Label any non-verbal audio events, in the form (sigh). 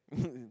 (laughs)